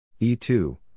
E2